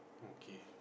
okay